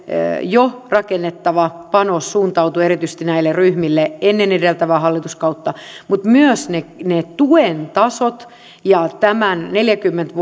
jo rakennettava panos suuntautui erityisesti näille ryhmille ennen edeltävää hallituskautta mutta myös ne ne tuen tasot ja tämän neljäkymmentä